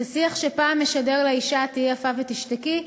זה שיח שפעם משדר לאישה "תהיי יפה ותשתקי",